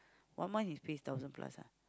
one month his pay thousand plus ah